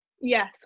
Yes